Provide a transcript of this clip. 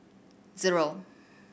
zero